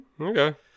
Okay